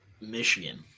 Michigan